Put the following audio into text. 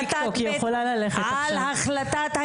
יש לה סרטון